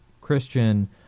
Christian